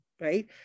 right